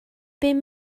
bum